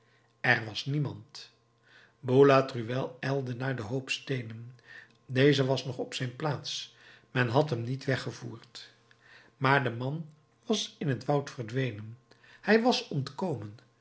er was niemand boulatruelle ijlde naar den hoop steenen deze was nog op zijn plaats men had hem niet weggevoerd maar de man was in het woud verdwenen hij was ontkomen